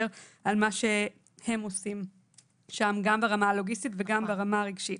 על מה שהם עושים שם גם ברמה הלוגיסטית וגם ברמה הרגשית.